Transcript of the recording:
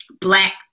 black